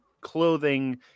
clothing